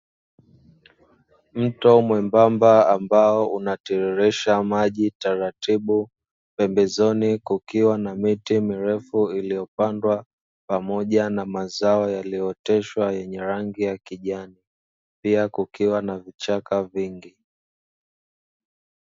Mto mwembamba ambao unatirisha maji taratibu, pembezoni kukiwa na miti mirefu iliyopandwa pamoja na mazao yaliyooteshwa yenye rangi ya kijani pia kukiwa na vichaka vingi.